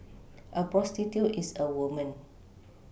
a prostitute is a woman